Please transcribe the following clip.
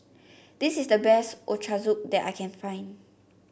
this is the best Ochazuke that I can find